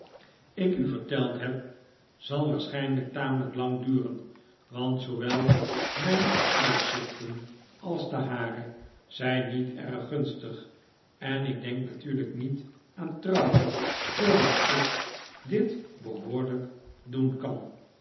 ik u verteld heb zal waarschijnlijk tamelijk lang duren want zoowel mijn vooruitzichten als de hare zijn niet erg gunstig en ik denk natuurlijk niet aan trouwen voordat ik dit behoorlijk doen kan